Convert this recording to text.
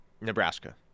Nebraska